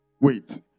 Wait